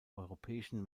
europäischen